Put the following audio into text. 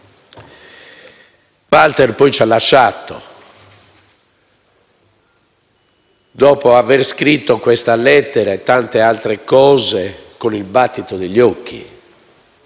Walter poi ci ha lasciati, dopo aver scritto questa lettera e tante altre cose con il battito degli occhi,